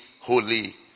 Holy